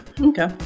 Okay